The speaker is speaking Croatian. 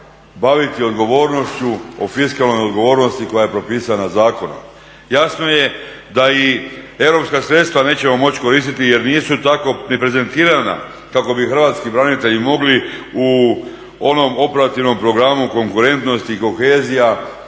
baviti odgovornošću, o fiskalnoj odgovornosti koja je propisana zakonom. Jasno je da i europska sredstva nećemo moći koristiti jer nisu tako ni prezentirana kako bi hrvatski branitelji mogli u onom operativnom programu konkurentnost i kohezija